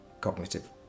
cognitive